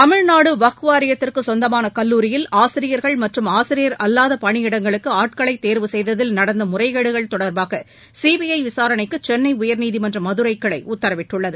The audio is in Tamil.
தமிழ்நாடு வக்ஃப் வாரியத்திற்கு சொந்தமான கல்லூரியில் ஆசிரியர்கள் மற்றும் ஆசிரியர் அல்லாத பணியிடங்களுக்கு ஆட்களை தேர்வு செய்ததில் நடந்த முறைகேடுகள் தொடர்பாக சி பி ஐ விசாரணைக்கு சென்னை உயர்நீதிமன்ற மதுரை கிளை உத்தரவிட்டுள்ளது